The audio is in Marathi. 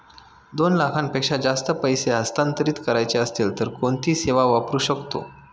दोन लाखांपेक्षा जास्त पैसे हस्तांतरित करायचे असतील तर कोणती सेवा वापरू शकतो?